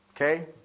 Okay